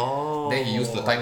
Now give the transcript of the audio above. orh